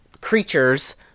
creatures